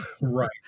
Right